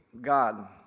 God